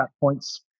points